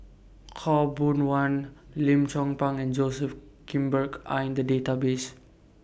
Khaw Boon Wan Lim Chong Pang and Joseph Grimberg Are in The Database